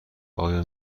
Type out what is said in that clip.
آیا